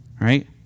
right